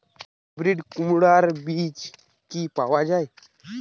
Hybrid কুমড়ার বীজ কি পাওয়া য়ায়?